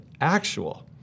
Actual